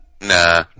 Nah